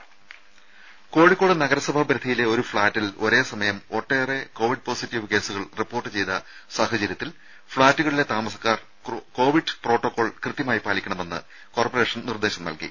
രുമ കോഴിക്കോട് നഗരസഭാ പരിധിയിലെ ഒരു ഫ്ളാറ്റിൽ ഒരേ സമയം ഒട്ടേറെ കോവിഡ് പോസിറ്റീവ് കേസുകൾ റിപ്പോർട്ട് ചെയ്ത സാഹചര്യത്തിൽ ഫ്ളാറ്റുകളിലെ താമസക്കാർ കോവിഡ് പ്രോട്ടോകോൾ കൃത്യമായി പാലിക്കണമെന്ന് കോർപ്പറേഷൻ നിർദ്ദേശം നൽകി